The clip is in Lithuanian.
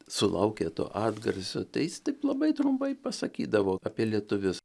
sulaukė to atgarsio tai jis taip labai trumpai pasakydavo apie lietuvius